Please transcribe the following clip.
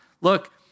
Look